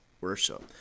worship